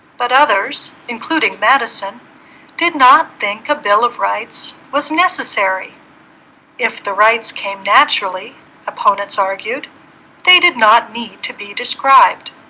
but others including madison did not think a bill of rights was necessary if the rights came naturally opponents argued they did not need to be described